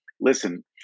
listen